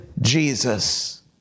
Jesus